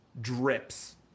drips